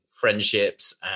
friendships